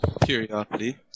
curiosity